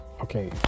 Okay